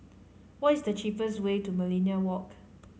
what is the cheapest way to Millenia Walk